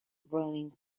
ruling